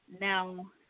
now